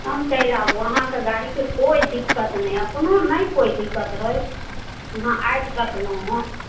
एकदम चलि आबु आहाँके गाड़ी के कोइ दिक्कत नहि अछि अपनो नहि कोइ दिक्कत है आहाँ आबि सकलहुॅं हन